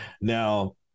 Now